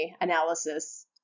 analysis